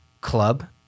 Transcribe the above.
club